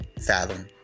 fathom